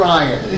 Ryan